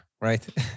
right